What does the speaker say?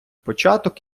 початок